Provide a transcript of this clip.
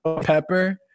pepper